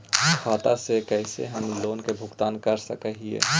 खाता से कैसे हम लोन के भुगतान कर सक हिय?